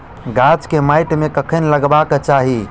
गाछ केँ माइट मे कखन लगबाक चाहि?